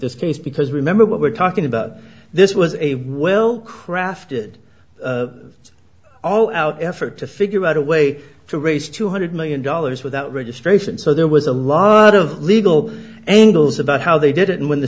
this case because remember what we're talking about this was a well crafted all out effort to figure out a way to raise two hundred million dollars without registration so there was a lot of legal angles about how they did it and when the